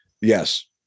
yes